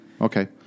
Okay